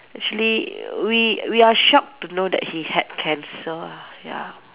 actually we we are shocked to know that he had cancer lah ya